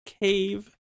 Cave